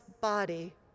body